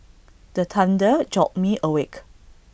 the thunder jolt me awake